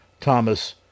Thomas